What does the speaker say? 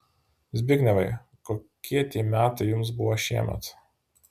zbignevai kokie tie metai jums buvo šiemet